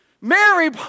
Mary